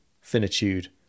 finitude